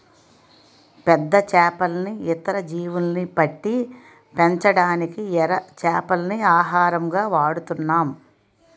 పెద్ద చేపల్ని, ఇతర జీవుల్ని పట్టి పెంచడానికి ఎర చేపల్ని ఆహారంగా వాడుతున్నాం